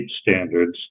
standards